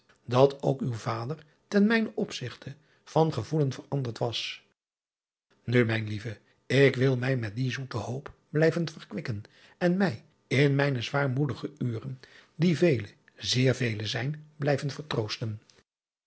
dat ook uw vader ten mijnen opzigte van gevoelen veranderd was u mijne lieve ik wil mij met die zoete hoop blijven verkwikken en mij in mijne zwaarmoedige uren die vele zeer vele zijn